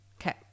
Okay